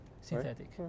Synthetic